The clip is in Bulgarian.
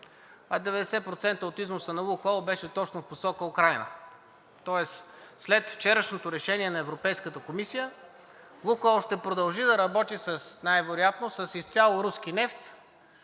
а 90% от износа на „Лукойл“ беше точно посока Украйна. Тоест след вчерашното решение на Европейската комисия „Лукойл“ ще продължи да работи най-вероятно изцяло с руски нефт.